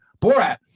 borat